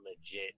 legit